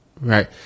Right